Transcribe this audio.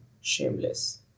shameless